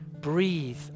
breathe